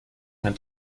mein